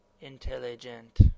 Intelligent